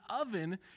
oven